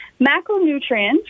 macronutrients